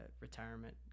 retirement